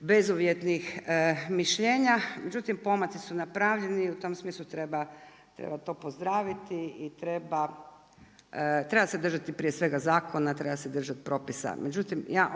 bezuvjetnih mišljenja, međutim pomaci su napravljeni i u tom smislu treba to pozdraviti i treba se držati prije svega zakona, treba se držati propisa. Međutim ja